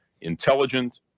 intelligent